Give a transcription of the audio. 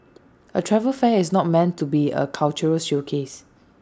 A travel fair is not meant to be A cultural showcase